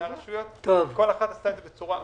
כל אחת מן הרשויות עשתה את זה בצורה אחרת.